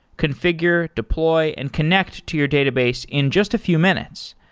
configure, deploy and connect to your database in just a few minutes.